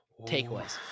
Takeaways